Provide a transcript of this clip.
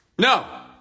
No